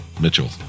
Mitchell